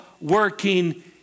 working